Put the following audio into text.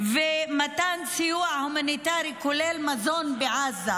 ומתן סיוע הומניטרי כולל מזון בעזה,